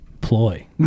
Ploy